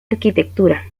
arquitectura